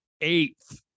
eighth